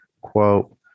quote